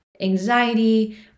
anxiety